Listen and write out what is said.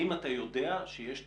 האם אתה יודע שיש תוכנית,